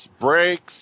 brakes